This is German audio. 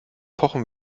pochen